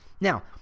now